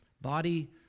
body